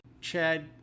Chad